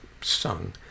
sung